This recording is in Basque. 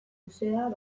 museoa